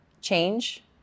change